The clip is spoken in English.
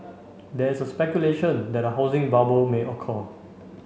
there is a speculation that a housing bubble may occur